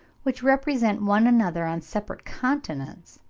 which represent one another on separate continents,